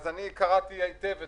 אז אני קראתי היטב --- נכון,